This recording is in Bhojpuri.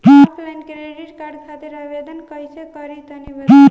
ऑफलाइन क्रेडिट कार्ड खातिर आवेदन कइसे करि तनि बताई?